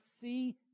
see